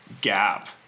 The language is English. gap